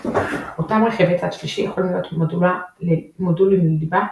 אותם רכיבי צד שלישי יכולים להיות מודולים לליבה,